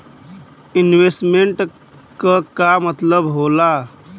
Investment क का मतलब हो ला?